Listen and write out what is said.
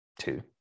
two